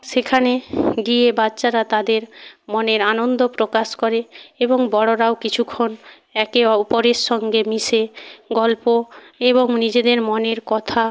সেখানে গিয়ে বাচ্চারা তাদের মনের আনন্দ প্রকাশ করে এবং বড়রাও কিছুক্ষণ একে অপরের সঙ্গে মিশে গল্প এবং নিজেদের মনের কথা